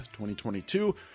2022